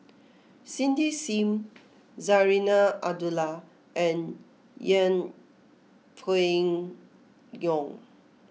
Cindy Sim Zarinah Abdullah and Yeng Pway Ngon